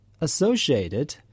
associated